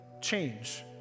change